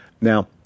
Now